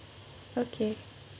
okay